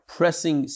pressing